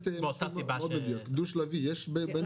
היא שואלת, דו שלבי יש בנפט בעולם?